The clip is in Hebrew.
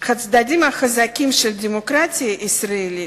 שהצדדים החזקים של הדמוקרטיה הישראלית,